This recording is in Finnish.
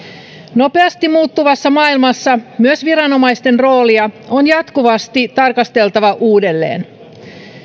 nopeasti muuttuvassa maailmassa myös viranomaisten roolia on jatkuvasti tarkasteltava uudelleen